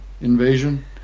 invasion